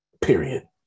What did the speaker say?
period